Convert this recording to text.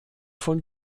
von